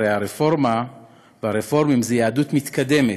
הרי הרפורמה והרפורמים זה יהדות מתקדמת,